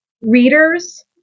readers